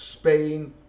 Spain